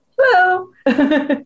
Hello